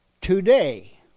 Today